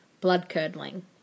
blood-curdling